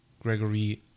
Gregory